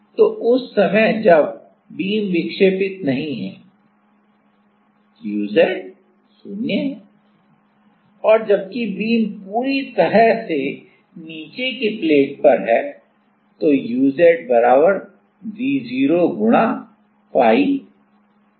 तो उस समय जब बीम विक्षेपित नहीं है uz 0 है और जबकि बीम पूरी तरह से नीचे की प्लेट पर है तो uz बराबर g0 गुणा phi वर्ग है